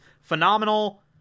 phenomenal